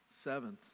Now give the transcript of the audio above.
Seventh